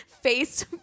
Face